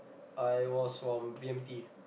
I was from B_M_T